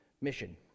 mission